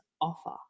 offer